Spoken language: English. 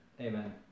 Amen